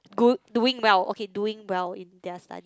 good doing well okay doing well in their studies